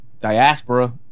diaspora